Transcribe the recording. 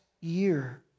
year